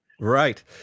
Right